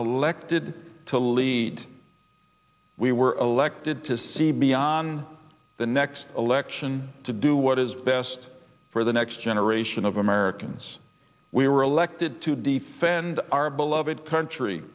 elected to lead we were elected to see beyond the next election to do what is best for the next generation of americans we were elected to defend our beloved country